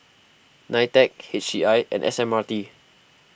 Nitec H C I and S M R T